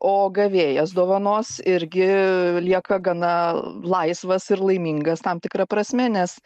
o gavėjas dovanos irgi lieka gana laisvas ir laimingas tam tikra prasme nes